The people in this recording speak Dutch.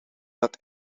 dat